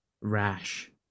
...rash